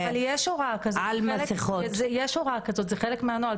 אבל יש הוראה כזאת, זה חלק מהנוהל.